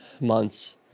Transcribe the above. months